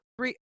three